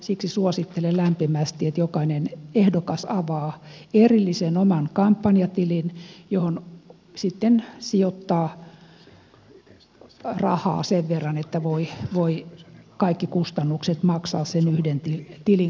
siksi suosittelen lämpimästi että jokainen ehdokas avaa erillisen oman kampanjatilin johon sitten sijoittaa rahaa sen verran että voi kaikki kustannukset maksaa sen yhden tilin kautta